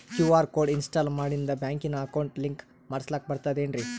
QR code ಇನ್ಸ್ಟಾಲ ಮಾಡಿಂದ ಬ್ಯಾಂಕಿನ ಅಕೌಂಟ್ ಲಿಂಕ ಮಾಡಸ್ಲಾಕ ಬರ್ತದೇನ್ರಿ